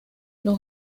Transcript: los